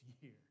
year